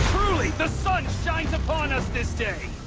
the sun shines upon us this day!